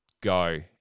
Go